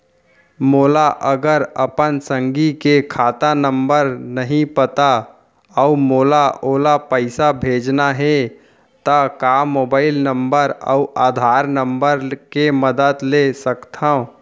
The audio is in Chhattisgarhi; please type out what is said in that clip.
मोला अगर अपन संगी के खाता नंबर नहीं पता अऊ मोला ओला पइसा भेजना हे ता का मोबाईल नंबर अऊ आधार नंबर के मदद ले सकथव?